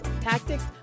tactics